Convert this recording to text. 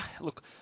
look